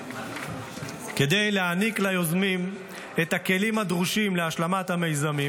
כדי להעניק ליוזמים את הכלים הדרושים להשלמת המיזמים,